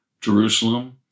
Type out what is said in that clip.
Jerusalem